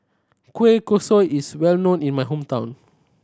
kueh kosui is well known in my hometown